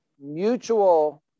mutual